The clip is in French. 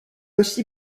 aussi